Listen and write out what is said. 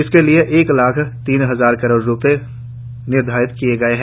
इसके लिए एक लाख तीन हजार करोड़ रूपये निर्धारित किए गए हैं